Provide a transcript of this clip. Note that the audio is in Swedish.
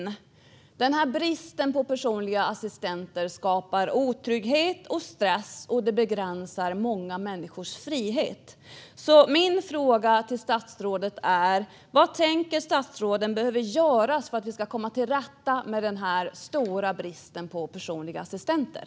Bristen på personliga assistenter skapar otrygghet och stress, och den begränsar många människors frihet. Min fråga till statsrådet är därför: Vad tycker statsrådet behöver göras för att vi ska komma till rätta med den stora bristen på personliga assistenter?